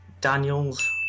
Daniels